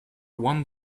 one